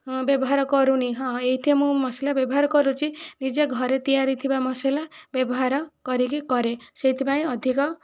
ବ୍ୟବହାର କରୁନି ହଁ ଏଇଠି ମୁଁ ମସଲା ବ୍ୟବହାର କରୁଛି ନିଜେ ଘରେ ତିଆରି ଥିବା ମସଲା ବ୍ୟବହାର କରିକି କରେ ସେଇଥିପାଇଁ ଅଧିକ